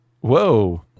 Whoa